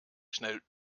schnell